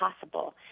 possible